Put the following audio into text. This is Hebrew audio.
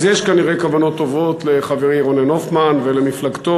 אז יש כנראה כוונות טובות לחברי רונן הופמן ולמפלגתו,